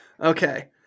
Okay